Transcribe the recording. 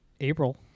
April